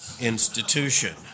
institution